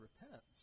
repents